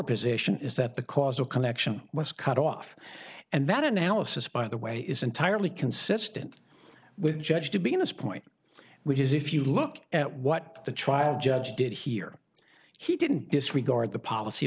position is that the causal connection was cut off and that analysis by the way is entirely consistent with judge to be honest point which is if you look at what the trial judge did here he didn't disregard the policy